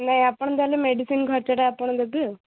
ନାହିଁ ଆପଣ ତା'ହେଲେ ମେଡ଼ିସିନ୍ ଖର୍ଚ୍ଚଟା ଆପଣ ଦେବେ ଆଉ